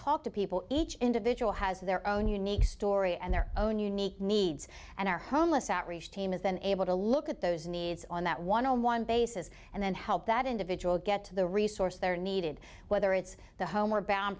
talk to people each individual has their own unique story and their own unique needs and our homeless outreach team is then able to look at those needs on that one on one basis and then help that individual get to the resource they're needed whether it's the home or bound